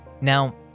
Now